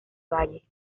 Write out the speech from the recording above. valle